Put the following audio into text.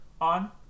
on